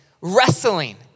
wrestling